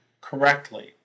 correctly